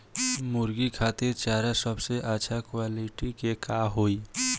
मुर्गी खातिर चारा सबसे अच्छा क्वालिटी के का होई?